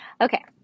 Okay